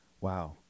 Wow